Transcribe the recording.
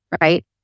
right